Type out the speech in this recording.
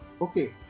okay